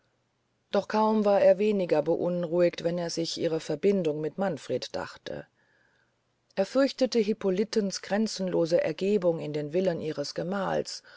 doch war er kaum weniger beunruhigt wenn er sich ihre verbindung mit manfred dachte er fürchtete hippolitens gränzenlose ergebung in den willen ihres gemahls